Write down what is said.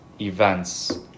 events